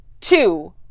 two